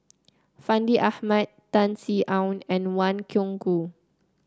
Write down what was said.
Fandi Ahmad Tan Sin Aun and Wang Gungwu